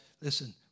Listen